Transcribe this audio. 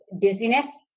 dizziness